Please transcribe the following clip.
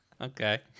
Okay